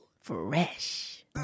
Fresh